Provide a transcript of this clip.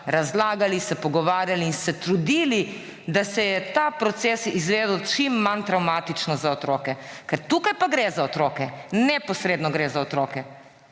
razlagali, se pogovarjali in se trudili, da se je ta proces izvedel čim manj travmatično za otroke. Ker tukaj pa gre za otroke, neposredno gre za otroke.